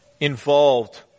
involved